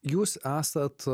jūs esat